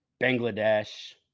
Bangladesh